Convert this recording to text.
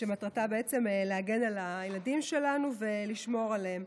ומטרתה להגן על הילדים שלנו ולשמור עליהם.